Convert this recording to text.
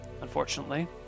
unfortunately